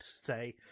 say